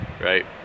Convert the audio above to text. right